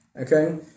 Okay